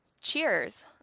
cheers